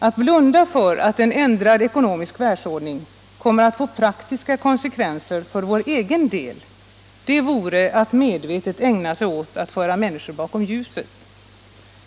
Att blunda för att en ändrad ekonomisk världsordning kommer att få praktiska konsekvenser för vår egen del vore att medvetet ägna sig åt att föra människor bakom ljuset.